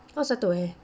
oh satu eh